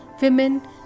Women